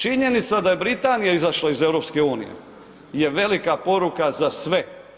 Činjenica da je Britanija izašla iz EU je velika poruka za sve.